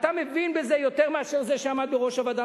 אתה מבין בזה יותר מאשר זה שעמד בראש הוועדה,